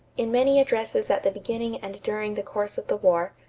in many addresses at the beginning and during the course of the war,